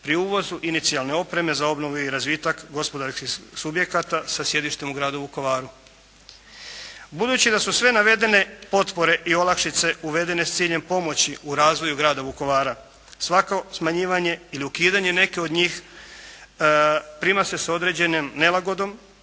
pri uvozu inicijalne opreme za obnovu i razvitak gospodarskih subjekata sa sjedištem u gradu Vukovaru. Budući da su sve navedene potpore i olakšice uvedene s ciljem pomoći u razvoju grada Vukovara, svako smanjivanje ili ukidanje neke od njih prima se s određenom nelagodom,